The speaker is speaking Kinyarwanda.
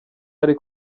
ari